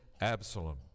Absalom